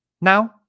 Now